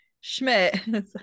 Schmidt